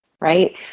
Right